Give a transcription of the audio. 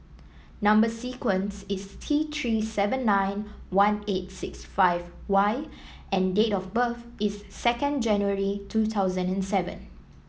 number sequence is T Three seven nine one eight six five Y and date of birth is second January two thousand and seven